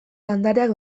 landareak